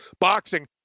boxing